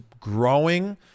growing